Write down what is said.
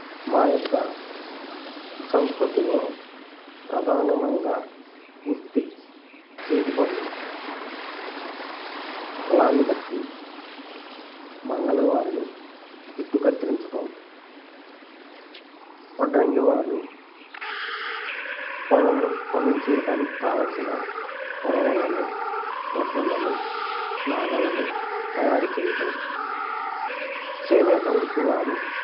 మా యొక్క సంస్కృతిలో ప్రధానంగా వృత్తి చేతిపనులు కులాన్ని బట్టి మంగలివాళ్ళు జుట్టు కత్తిరించటం వడ్రంగి వాళ్ళు పొలము పనులు చేయటానికి కావాల్సిన కొడవళ్ళని గొడ్డళ్ళని నాగళ్ళని తయారు చేయటం చేనేత వృత్తి వారు